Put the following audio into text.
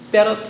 Pero